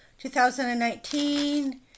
2019